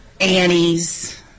Annie's